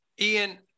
Ian